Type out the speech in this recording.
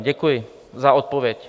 Děkuji za odpověď.